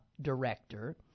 director